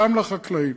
גם לחקלאים,